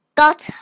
got